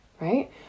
right